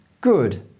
good